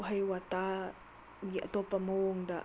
ꯋꯥꯍꯩ ꯋꯇꯥꯒꯤ ꯑꯇꯣꯞꯄ ꯃꯑꯣꯡꯗ